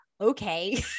okay